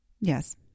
yes